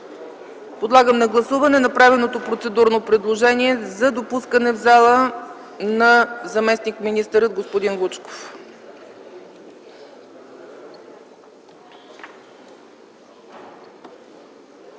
Подлагам на гласуване направеното процедурно предложение за допускане в залата на заместник-министъра господин Вучков.